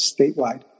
statewide